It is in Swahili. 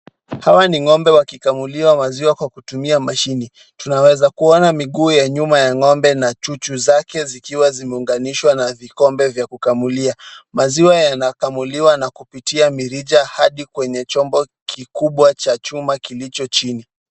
Hawa ni ng'ombe wakikamuliwa maziwa kwa kutumia mashine. Tunaweza kuona miguu ya nyuma ya ng'ombe na chuchu zake zikiwa zimeunganishwa na vikombe vya kukamulia. Maziwa yanakamuliwa na kupitia mirija hadi kwenye chombo kikubwa cha chuma kilicho chini.